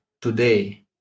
today